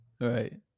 Right